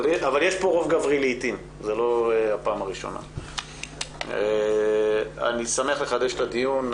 בכל אופן, זאת לא הפעם הראשונה שיש כאן רוב גברי.